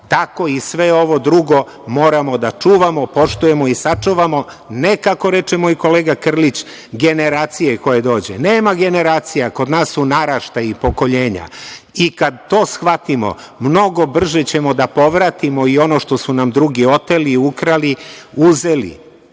Tako i sve ovo drugo moramo da čuvamo, poštujemo i sačuvamo. Kako reče moj kolega Krlić, ne generacije koje dođu. Nema generacija, kod nas su naraštaji, pokoljenja i kada to shvatimo, mnogo brže ćemo da povratimo i ono što su nam drugi oteli, ukrali, uzeli.